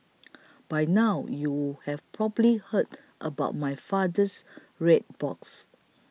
by now you have probably heard about my father's red box